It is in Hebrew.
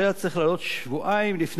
שבועיים לפני שהעליתי אותו,